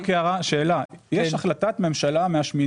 יש החלטת ממשלה מה-8